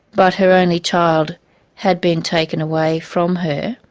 but her only child had been taken away from her,